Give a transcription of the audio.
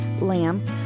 lamb